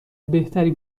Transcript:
بهتری